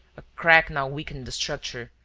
a crack now weakened the structure,